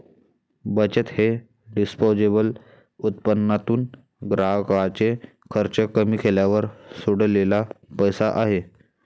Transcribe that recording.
बचत हे डिस्पोजेबल उत्पन्नातून ग्राहकाचे खर्च कमी केल्यावर सोडलेला पैसा आहे